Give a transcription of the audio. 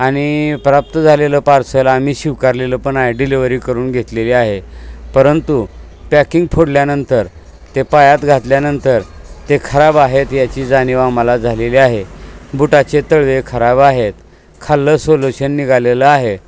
आणि प्राप्त झालेलं पार्सल आम्ही स्विकारलेलं पण आहे डिलिवरी करून घेतलेली आहे परंतु पॅकिंग फोडल्यानंतर ते पायात घातल्यानंतर ते खराब आहेत याची जाणीव आम्हाला झालेली आहे बुटाचे तळवे खराब आहेत खाललं सोलोशन निघालेलं आहे